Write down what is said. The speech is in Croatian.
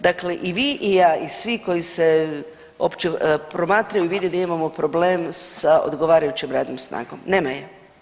Dakle, i vi i ja i svi koji se opće promatraju i vide da imamo problem sa odgovarajućom radnom snagom, nema je.